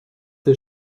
des